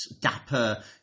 dapper